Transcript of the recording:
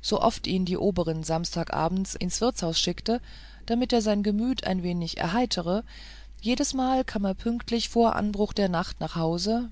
so oft ihn die oberin samstagabends ins wirtshaus schickte damit er sein gemüt ein wenig erheitere jedesmal kam er pünktlich vor anbruch der nacht nach hause